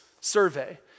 survey